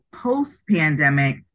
post-pandemic